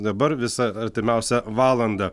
dabar visą artimiausią valandą